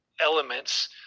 elements